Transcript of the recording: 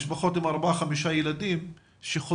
משפחות עם ארבעה או חמישה ילדים שחוזרים